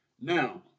Now